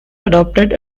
adopted